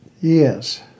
Yes